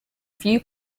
view